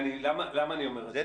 למה אני אומר את זה?